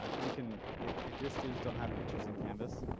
um you can, if if your students don't have pictures in canvas,